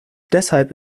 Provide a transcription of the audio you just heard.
deshalb